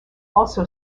also